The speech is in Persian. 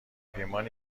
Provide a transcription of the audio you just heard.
پیمان